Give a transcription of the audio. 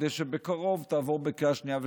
כדי שבקרוב תעבור בקריאה שנייה ושלישית,